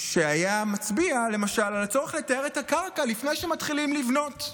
שהיה מצביע למשל על הצורך לטהר את הקרקע לפני שמתחילים לבנות.